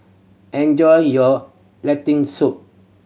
enjoy your Lentil Soup